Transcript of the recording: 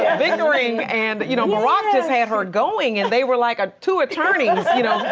bickering and you know, barack just had her going and they were like ah two attorneys you know,